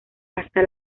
hasta